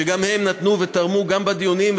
שגם הם נתנו ותרמו גם בדיונים,